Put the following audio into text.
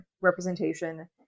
representation